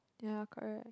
ya correct